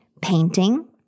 painting